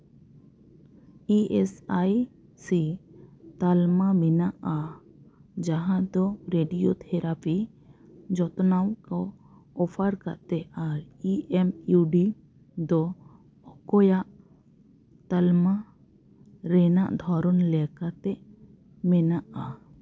E S I C ᱛᱟᱞᱢᱟ ᱢᱮᱱᱟᱜᱼᱟ ᱡᱟᱦᱟᱸ ᱫᱚ ᱨᱮᱰᱤᱭᱳ ᱛᱷᱮᱨᱟᱯᱤ ᱡᱚᱛᱱᱟᱣ ᱠᱚ ᱚᱯᱷᱟᱨ ᱠᱟᱛᱮᱫ ᱟᱨ ᱤ ᱮᱢ ᱤᱭᱩ ᱰᱤ ᱫᱚ ᱚᱠᱚᱭᱟᱜ ᱛᱟᱞᱢᱟ ᱨᱮᱱᱟᱜ ᱫᱷᱚᱨᱚᱱ ᱞᱮᱠᱟᱛᱮ ᱢᱮᱱᱟᱜᱼᱟ